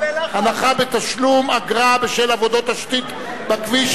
הנחה בתשלום אגרה בשל עבודות תשתית בכביש),